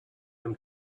him